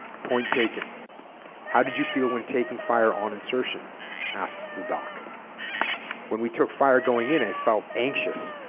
point taken how did you feel when taking fire on insertion asks the doc when we took fire going in i felt anxious